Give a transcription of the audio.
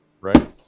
Right